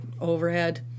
overhead